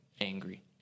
angry